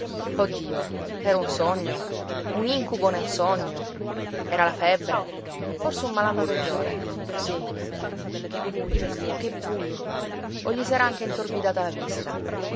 dio era un sogno un incubo nel sogno era la febbre forse un malanno peggiore sì che bujo dio che bujo o gli s'era anche intorbidata la vista